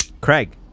Craig